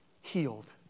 healed